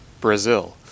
Brazil